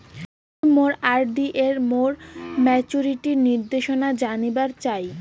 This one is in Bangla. মুই মোর আর.ডি এর মোর মেচুরিটির নির্দেশনা জানিবার চাই